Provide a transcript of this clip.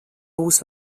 būs